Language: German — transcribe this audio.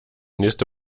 nächste